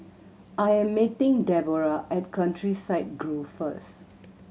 I am meeting Debora at Countryside Grove first